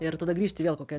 ir tada grįžti vėl kokią